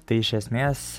tai iš esmės